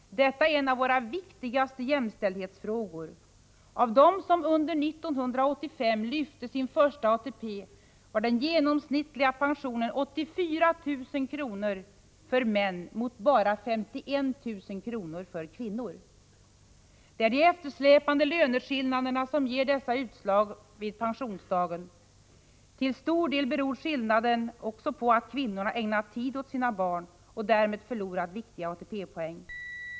Detta är en av våra viktigaste jämställdhetsfrågor. Av dem som under 1985 lyfte sin första ATP var den genomsnittliga pensionen 84 000 kr. för män mot bara 51 000 kr. för kvinnor. Det är de eftersläpande löneskillnaderna som ger dessa utslag vid pensionsdagen. Till stor del beror skillnaden även på att kvinnorna ägnat tid åt sina barn och därmed förlorat viktiga ATP-poäng.